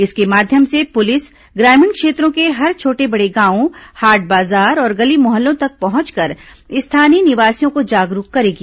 इसके माध्यम से पुलिस ग्रामीण क्षेत्रों के हर छोटे बड़े गांवों हाट बाजार और गली मोहल्लों तक पहंचकर स्थानीय निवासियों को जागरूक करेगी